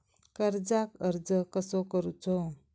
कर्जाक अर्ज कसो करूचो?